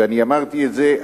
ואני אמרתי את זה,